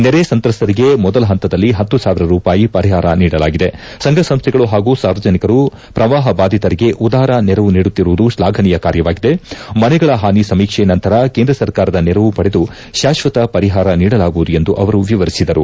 ನೆರೆ ಸಂತ್ರಸ್ತರಿಗೆ ಮೊದಲ ಪಂತದಲ್ಲಿ ಪತ್ನು ಸಾವಿರ ರೂಪಾಯಿ ಪರಿಹಾರ ನೀಡಲಾಗಿದೆ ಸಂಘ ಸಂಸ್ಥೆಗಳು ಹಾಗೂ ಸಾರ್ವಜನಿಕರು ಪ್ರವಾಹ ಬಾಧಿತರಿಗೆ ಉದಾರ ನೆರವು ನೀಡುತ್ತಿರುವುದು ಶ್ಲಾಘನೀಯ ಕಾರ್ಯವಾಗಿದೆ ಮನೆಗಳ ಹಾನಿ ಸಮೀಕ್ಷೆ ನಂತರ ಕೇಂದ್ರ ಸರ್ಕಾರದ ನೆರವು ಪಡೆದು ಶಾಶ್ವತ ಪರಿಹಾರ ನೀಡಲಾಗುವುದು ಎಂದು ಅವರು ವಿವರಿಸಿದರು